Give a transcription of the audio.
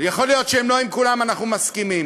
ויכול להיות שלא עם כולן אנחנו מסכימים,